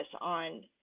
on